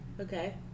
Okay